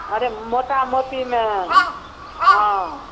अरे मोटा मोटीमे हँ